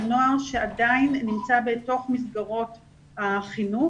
על נוער שעדיין נמצא בתוך מסגרות החינוך.